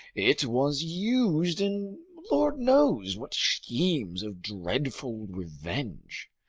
it was used in lord-knows-what schemes of dreadful revenge.